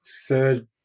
third